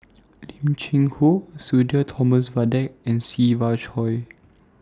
Lim Cheng Hoe Sudhir Thomas Vadaketh and Siva Choy